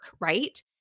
right